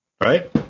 Right